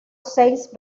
seis